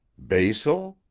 basil?